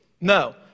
No